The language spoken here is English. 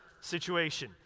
situation